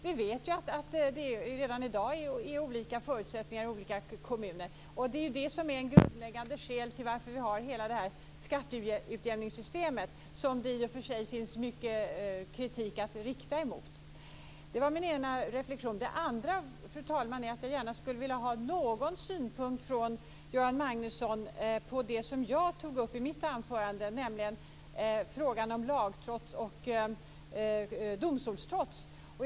Vi vet ju att det redan i dag är olika förutsättningar i olika kommuner. Det är ju det som är ett grundläggande skäl till varför vi har det här skatteutjämningssystemet, som det i och för sig finns mycket kritik att rikta emot. Det var min ena reflexion. Den andra, fru talman, är att jag gärna skulle vilja ha någon synpunkt från Göran Magnusson på det jag tog upp i mitt anförande, nämligen frågan om lagtrots och domstolstrots.